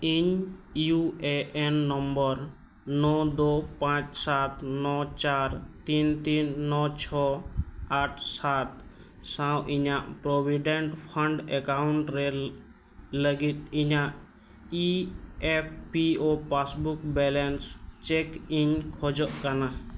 ᱤᱧ U A N number ᱱᱚ ᱫᱚ ᱯᱟᱸᱪ ᱥᱟᱛ ᱱᱚ ᱪᱟᱨ ᱛᱤᱱ ᱛᱤᱱ ᱱᱚ ᱪᱷᱚ ᱟᱴ ᱥᱟᱛ ᱥᱟᱶ ᱤᱧᱟᱹᱜ ᱯᱨᱚᱵᱷᱤᱰᱮᱱᱴ ᱯᱷᱟᱱᱰ ᱮᱠᱟᱣᱩᱱᱴ ᱨᱮ ᱞᱟᱹᱜᱤᱫ ᱤᱧᱟᱹᱜ E F P O passbook balance check ᱤᱧ ᱠᱷᱚᱡᱚᱜ ᱠᱟᱱᱟ